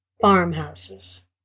farmhouses